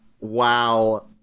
Wow